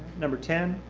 number ten,